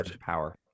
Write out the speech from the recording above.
power